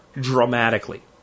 dramatically